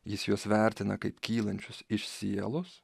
jis juos vertina kaip kylančius iš sielos